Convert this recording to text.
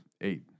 eight